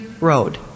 road